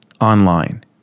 online